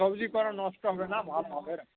সবজি কোনো নষ্ট হবে না ভালো হবে